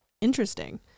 interesting